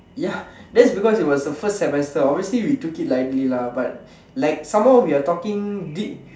ya that's because it was the first semester obviously we took it lightly lah but like some more we are talking thi~